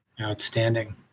Outstanding